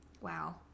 Wow